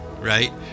right